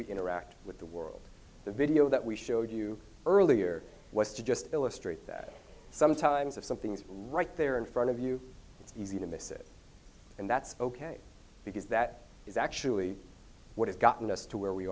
we interact with the world the video that we showed you earlier was just illustrate that sometimes if something's right there in front of you it's easy to miss it and that's ok because that is actually what has gotten us to where we